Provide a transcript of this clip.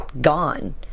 gone